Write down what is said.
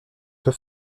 peu